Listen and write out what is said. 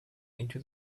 into